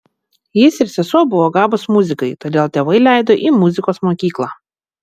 jis ir sesuo buvo gabūs muzikai todėl tėvai leido į muzikos mokyklą